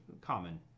common